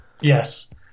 Yes